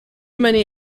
many